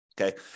Okay